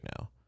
now